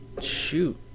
shoot